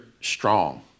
strong